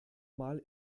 mal